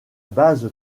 base